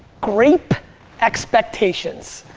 grape expectations.